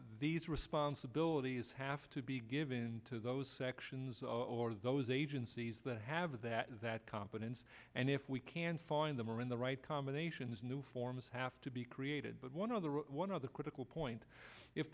these responsibilities have to be given to those sections or those agencies that have that that competence and if we can find them are in the right combinations new forms have to be created but one of the one of the critical point if